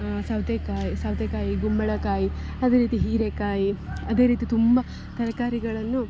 ಸೌತೆಕಾಯಿ ಸೌತೆಕಾಯಿ ಕುಂಬಳಕಾಯಿ ಅದೇ ರೀತಿ ಹೀರೆಕಾಯಿ ಅದೇ ರೀತಿ ತುಂಬ ತರಕಾರಿಗಳನ್ನು